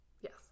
yes